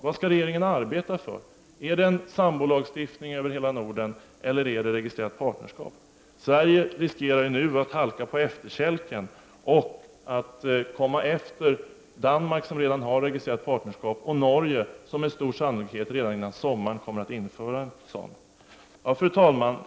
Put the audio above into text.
Vad skall regeringen egentligen arbeta för? Är det för en sambolagstiftning över hela Norden eller är det för ett registrerat partnerskap? Sverige riskerar nu att hamna på efterkälken och att komma efter både Danmark, som redan har infört registrerat partnerskap, och Norge, som med stor sannolikhet redan före sommaren kommer att införa ett sådant. Fru talman!